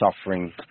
suffering